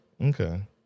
Okay